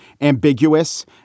ambiguous